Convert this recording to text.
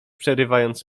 przerywając